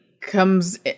comes